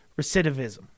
recidivism